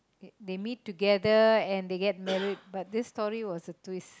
they meet together and they get married but this story was a twist